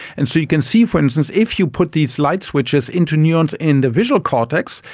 and so you can see for instance if you put these light switches into neurons in the visual cortex,